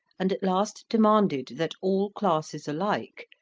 and at last demanded that all classes alike,